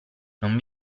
non